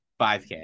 5k